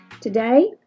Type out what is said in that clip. Today